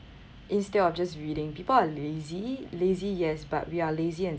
instead of just reading people are lazy lazy yes but we're lazy and